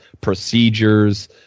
procedures